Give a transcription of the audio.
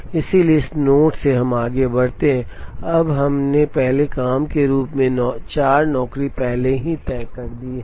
इसलिए इस नोड से हम आगे बढ़ते हैं अब हमने पहले काम के रूप में 4 नौकरी पहले ही तय कर दी है